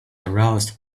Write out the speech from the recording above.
aroused